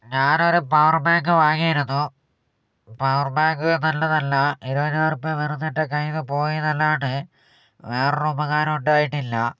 ഞാനൊരു power bank വാങ്ങിയിരുന്നു power bank നല്ലതല്ല ഇരുപതിനായിരം റുപ്പിക വെറുതെ എൻ്റെ കയ്യീന്നു പോയതല്ലാണ്ട് വേറൊരു ഉപകാരം ഉണ്ടായിട്ടില്ല